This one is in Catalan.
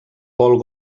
paul